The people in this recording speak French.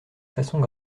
façons